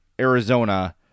Arizona